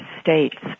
states